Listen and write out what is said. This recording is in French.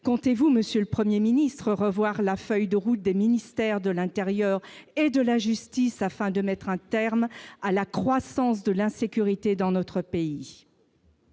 comptez-vous, Monsieur le 1er ministre revoir la feuille de route des ministères de l'Intérieur et de la justice afin de mettre un terme à la croissance de l'insécurité dans notre pays.